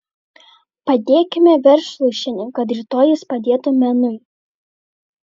padėkime verslui šiandien kad rytoj jis padėtų menui